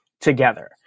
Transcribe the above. together